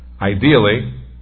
ideally